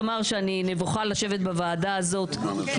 לומר שאני נבוכה לשבת בוועדה הזאת כי